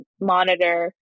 monitor